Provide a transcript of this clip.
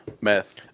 Meth